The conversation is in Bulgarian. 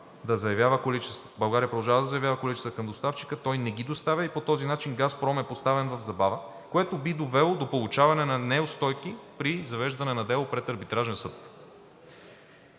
България продължава да заявява количества към доставчика. Той не ги доставя. По този начин „Газпром“ е поставен в забава, което би довело до получаване на неустойки при завеждане на дело пред арбитражен съд.